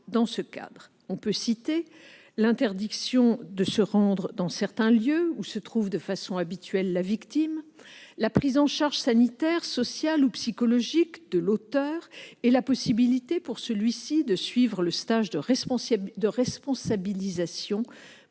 dans ce cadre. On peut citer : l'interdiction de se rendre dans certains lieux où se trouve de façon habituelle la victime ; la prise en charge sanitaire, sociale ou psychologique de l'auteur ; et la possibilité pour celui-ci de suivre le stage de responsabilisation pour la